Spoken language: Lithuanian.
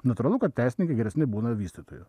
natūralu kad teisininkai geresni būna vystytojų